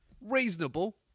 reasonable